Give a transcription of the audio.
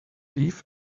eve